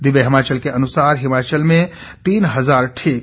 दिव्य हिमाचल के अनुसार हिमाचल में तीन हजार ठीक